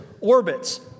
orbits